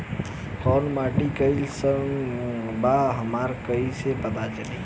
कोउन माटी कई सन बा हमरा कई से पता चली?